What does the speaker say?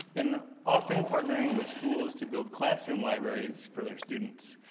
and often partnering with schools to build classroom libraries for their students.